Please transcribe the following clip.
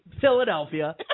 Philadelphia